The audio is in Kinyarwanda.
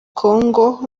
kongo